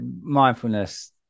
Mindfulness